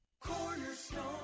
cornerstone